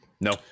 no